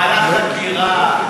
מהלך חקירה?